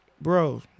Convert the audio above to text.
bro